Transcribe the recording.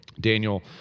Daniel